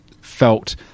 felt